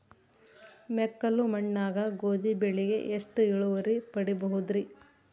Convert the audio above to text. ಮೆಕ್ಕಲು ಮಣ್ಣಾಗ ಗೋಧಿ ಬೆಳಿಗೆ ಎಷ್ಟ ಇಳುವರಿ ಪಡಿಬಹುದ್ರಿ?